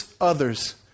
others